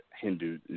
Hindu